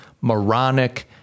moronic